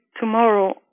tomorrow